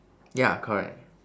ya correct